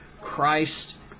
Christ